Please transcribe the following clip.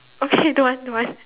okay don't want don't want